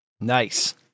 Nice